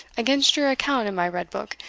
against your account in my red book,